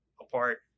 apart